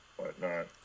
whatnot